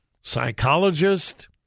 psychologist